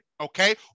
okay